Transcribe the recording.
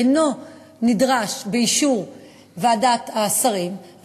אינה נדרשת לאישור ועדת השרים,